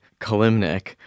Kalimnik